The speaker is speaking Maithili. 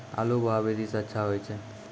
आलु बोहा विधि सै अच्छा होय छै?